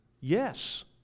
Yes